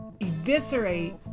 eviscerate